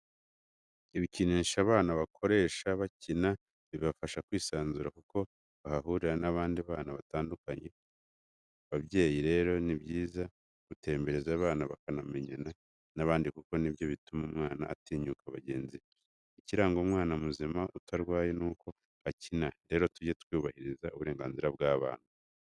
Ibikinisho abana bakoresha bakina bibafasha kwisanzura kuko bahahurira n'abandi bana batandukanye, babyeyi rero ni byiza gutembereza abana bakanamenyana n'abandi kuko ni byo bituma umwana atinyuka bagenzi be. Ikiranga umwana muzima utarwaye ni uko akina, rero tujye twubahiriza uburenganzira bw'abana.